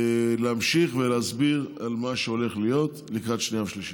להמשיך ולהסביר על מה שהולך להיות לקראת שנייה ושלישית.